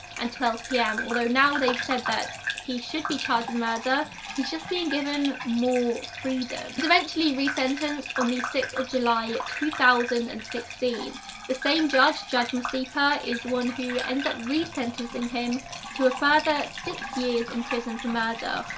and twelve p m although now they've said that he should be charged with murder. he's just being given more freedom he's eventually resentenced on the sixth of july two thousand and sixteen the same judge judge masipa is the one who ends up re-sentencing him to a further six years in prison for murder,